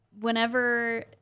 Whenever